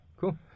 Cool